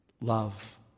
Love